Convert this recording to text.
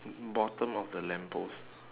bottom of the lamppost